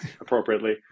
appropriately